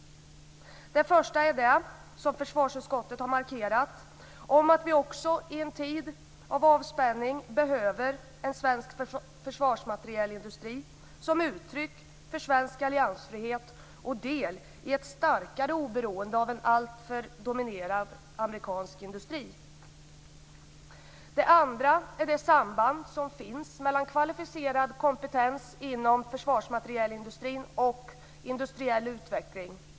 Den första är det som försvarsutskottet har markerat om att vi också i en tid av avspänning behöver en svensk försvarsmaterielindustrin som ett uttryck för svensk alliansfrihet och som en del i ett starkare oberoende av en alltför dominerande amerikansk industrin. Den andra är det samband som finns mellan kvalificerad kompetens inom försvarsmaterielindustrin och industriell utveckling.